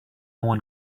one